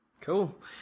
Cool